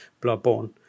Bloodborne